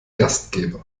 gastgeber